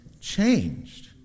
changed